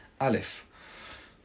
Aleph